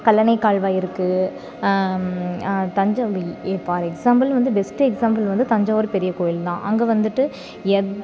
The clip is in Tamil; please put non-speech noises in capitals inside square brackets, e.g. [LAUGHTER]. கல்லணை கால்வாய் இருக்குது [UNINTELLIGIBLE] ஃபார் எக்ஸாம்பிள் வந்து பெஸ்ட்டு எக்ஸாம்பிள் வந்து தஞ்சாவூர் பெரிய கோவில் தான் அங்கே வந்துட்டு எவ்